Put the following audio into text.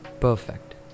perfect